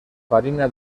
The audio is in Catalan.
farina